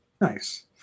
Nice